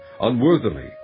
unworthily